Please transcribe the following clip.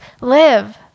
live